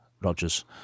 Rodgers